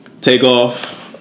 Takeoff